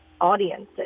audiences